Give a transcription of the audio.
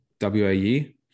WAE